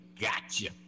Gotcha